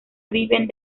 viven